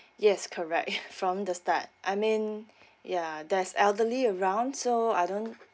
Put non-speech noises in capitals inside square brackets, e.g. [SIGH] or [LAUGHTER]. yes correct [NOISE] from the start I mean ya there's elderly around so I don't